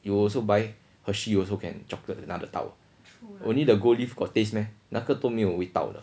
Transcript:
you will also buy Hershey also can chocolate another town only the gold leaf got taste meh 那个都没有味道的